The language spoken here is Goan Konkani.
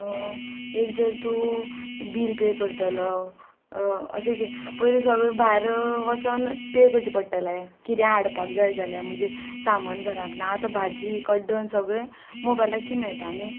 एक जर तूं बील पे करतलो अशें पयली सगळे भायर वचोन पे करचें पडटले कितें हाडपाक जाय जाल्या म्हणजे सामान घराक ना आतां भाजी कड्ड्ड्डन सगळे मोबायलाचे मेळटा आनी